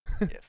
Yes